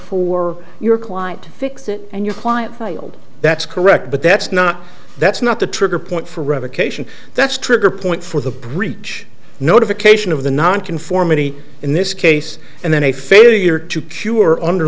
for your client to fix it and your client filed that's correct but that's not that's not the trigger point for revocation that's trigger point for the breach notification of the nonconformity in this case and then a failure to cure under